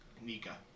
Nika